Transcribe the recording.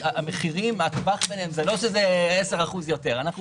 המחירים, זה לא שזה 10% יותר, אנחנו